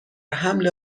حمل